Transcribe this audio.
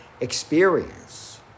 experience